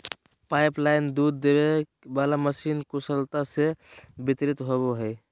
pipeline दूध देबे वाला मशीन कुशलता से वितरित होबो हइ